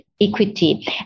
equity